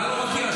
אתה לא מכיר.